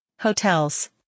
hotels